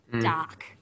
dark